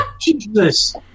Jesus